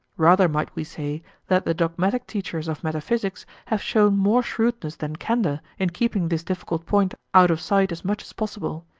rather might we say that the dogmatic teachers of metaphysics have shown more shrewdness than candour in keeping this difficult point out of sight as much as possible,